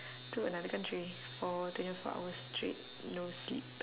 to another country for twenty fours hours straight no sleep